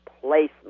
placement